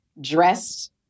dressed